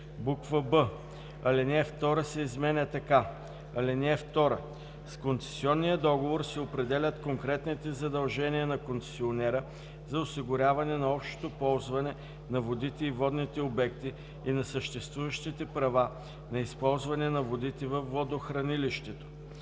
б) алинея 2 се изменя така: „(2) С концесионния договор се определят конкретните задължения на концесионера за осигуряване на общото използване на водите и водните обекти и на съществуващите права на използване на водите във водохранилището.“;